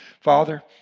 Father